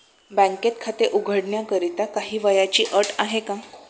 बँकेत खाते उघडण्याकरिता काही वयाची अट आहे का?